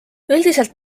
üldiselt